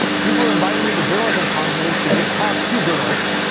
people are inviting me to journalism conferences to give talks to journalists,